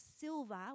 silver